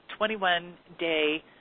21-day